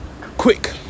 quick